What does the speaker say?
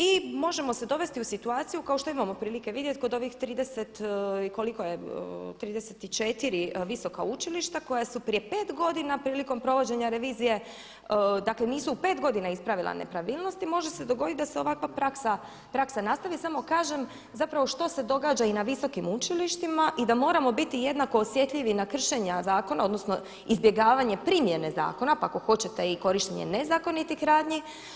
I možemo se dovesti u situaciju kao što imamo prilike vidjeti kod ovih 30 i koliko je, 34 visoka učilišta koja su prije 5 godina prilikom provođenja revizije, dakle nisu u 5 godina ispravila nepravilnosti, može se dogoditi da se ovakva praksa nastavi, samo kažem, zapravo što se događa i na visokim učilištima i da moramo biti jednako osjetljivi i na kršenja zakona odnosno izbjegavanje primjene zakona pa ako hoćete i korištenje nezakonitih radnji.